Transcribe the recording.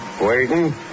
Waiting